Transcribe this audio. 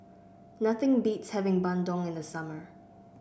nothing beats having bandung in the summer